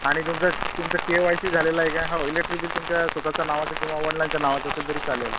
आणि तुमचं तुमचं के वाय सी झालेलं आहे का हो इलेक्ट्रिक बिल तुमच्या स्वत च्या नावाचं किंवा वडिलांच्या नावाचं असेल तरी चालेल